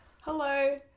Hello